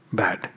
bad